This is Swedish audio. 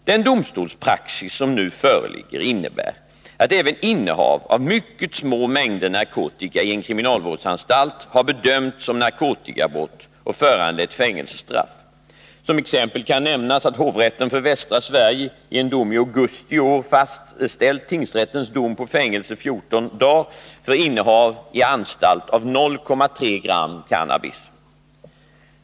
Den domstolspraxis som nu föreligger innebär att även innehav av mycket små mängder narkotika i en kriminalvårdsanstalt har bedömts som narkotikabrott och föranlett fängelsestraff. Som exempel kan nämnas att hovrätten för Västra Sverige i en dom i augusti i år fastställt tingsrättens dom på fängelse 14 dagar för innehav i anstalt av 0,3 g cannabis.